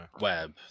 web